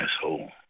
asshole